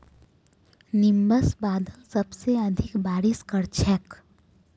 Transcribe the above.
nimbus बादल सबसे अधिक बारिश कर छेक